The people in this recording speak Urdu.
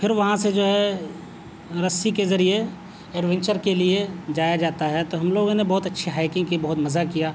پھر وہاں سے جو ہے رسی کے ذریعے ایڈونچر کے لیے جایا جاتا ہے تو ہم لوگوں نے بہت اچھی ہائکنگ کی بہت مزہ کیا